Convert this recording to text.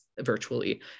virtually